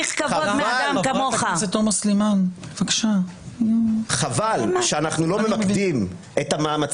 הגברת תומא מוזמנת לומר שהיא מכבדת את ישראל כמדינה יהודית ודמוקרטית,